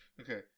Okay